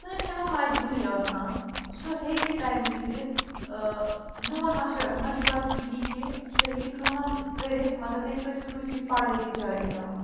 کٲنٛسہِ چھِ وۄنۍ مجبوٗری آسان سُہ ہیٚکہِ تَمۍ وِزِ میون مَشرَو مَشوَر چھُ یی کہِ سُہ ہیٚکہِ کٲم کٔرِتھ مگر تٔمِس پَزِ سۭتۍ سۭتۍ پَڑھٲے تہِ جاری تھاوٕنۍ